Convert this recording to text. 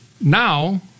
now